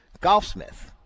Golfsmith